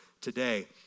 today